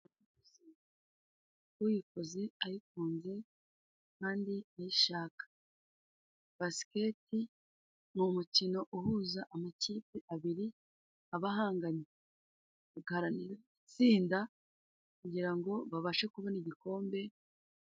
Uyikoze ayikunze kandi uyishaka. Baskete ni umukino uhuza amakipe abiri aba ahanganye. Bagaharanira gutsinda kugirango babashe kubona igikombe.